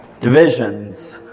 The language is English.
Divisions